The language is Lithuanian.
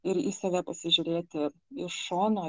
ir į save pasižiūrėti iš šono